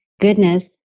goodness